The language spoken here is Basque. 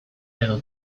eredu